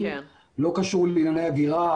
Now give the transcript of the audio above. לא קשור לענייני הגירה,